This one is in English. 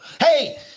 Hey